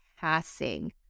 passing